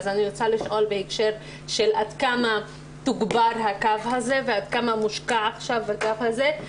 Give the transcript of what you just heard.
אני רוצה לשאול עד כמה תוגבר הקו הזה ועד כמה מושקע עכשיו הקו הזה.